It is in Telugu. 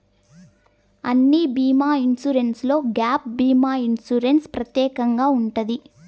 అన్ని బీమా ఇన్సూరెన్స్లో గ్యాప్ భీమా ఇన్సూరెన్స్ ప్రత్యేకంగా ఉంటది